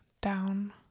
down